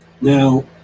Now